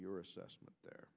your assessment there